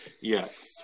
yes